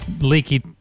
leaky